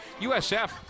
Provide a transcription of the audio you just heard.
usf